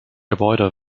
gebäude